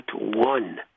one